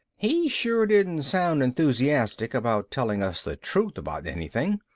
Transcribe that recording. he sure didn't sound enthusiastic about telling us the truth about anything.